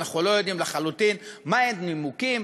אנחנו לא יודעים לחלוטין מהם הנימוקים,